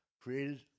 created